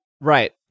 Right